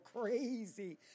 crazy